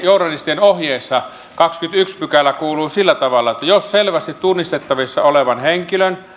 journalistien ohjeessa kahdeskymmenesensimmäinen pykälä kuuluu sillä tavalla että jos selvästi tunnistettavissa olevan henkilön